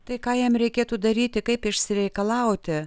tai ką jam reikėtų daryti kaip išsireikalauti